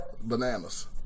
bananas